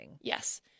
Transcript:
Yes